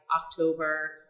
october